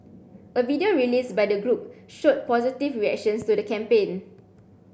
a video released by the group showed positive reactions to the campaign